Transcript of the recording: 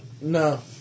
No